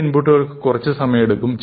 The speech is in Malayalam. ചില ഇൻപുട്ടുകൾക്ക് കുറച്ച് സമയമെടുക്കും